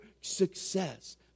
success